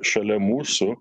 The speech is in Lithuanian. šalia mūsų